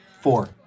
Four